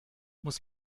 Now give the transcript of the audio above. muss